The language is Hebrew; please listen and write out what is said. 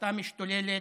ההסתה משתוללת,